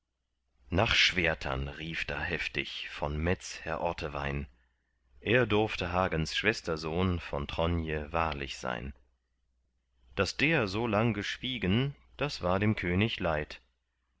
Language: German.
nach schwertern rief da heftig von metz herr ortewein er durfte hagens schwestersohn von tronje wahrlich sein daß der so lang geschwiegen das war dem könig leid